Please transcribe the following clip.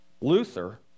Luther